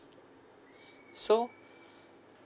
so